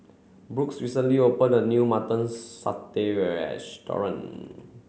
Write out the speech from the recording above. Brooks recently opened a new mutton satay